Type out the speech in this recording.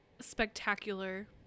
Spectacular